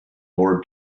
more